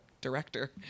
director